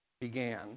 began